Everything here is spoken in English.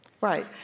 Right